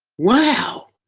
wow.